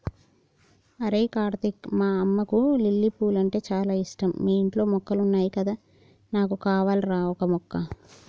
అరేయ్ కార్తీక్ మా అమ్మకు లిల్లీ పూలంటే చాల ఇష్టం మీ ఇంట్లో మొక్కలున్నాయి కదా నాకు కావాల్రా ఓక మొక్క